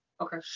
Okay